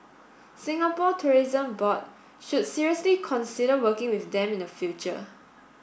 Singapore Tourism Board should seriously consider working with them in future